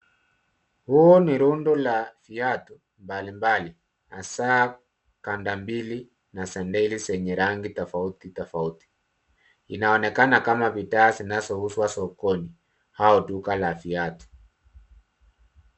Huu ni rundo la viatu mbali mbali na saa kanda mbili na sandili zenye rangi tofauti tofauti. Inaonekana kama bidhaa zinazouzwa sokoni au Duka la viatu.